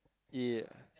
yeah